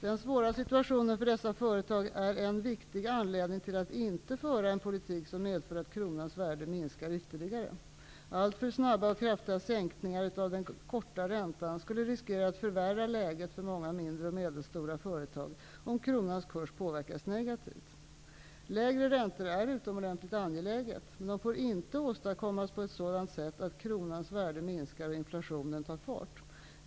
Den svåra situationen för dessa företag är en viktig anledning till att inte föra en politik som medför att kronans värde minskar ytterligare. Alltför snabba och kraftiga sänkningar av den korta räntan skulle riskera att förvärra läget för många mindre och medelstora företag om kronans kurs påverkas negativt. Lägre räntor är utomordentligt angeläget. Men de får inte åstadkommas på ett sådant sätt att kronans värde minskar och inflationen tar fart.